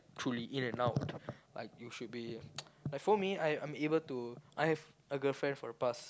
truly in and out like you should be like for me I I'm able to I have a girlfriend for the past